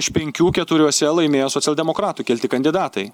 iš penkių keturiuose laimėjo socialdemokratų kelti kandidatai